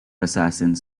assassins